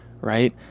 Right